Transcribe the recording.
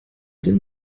den